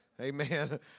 Amen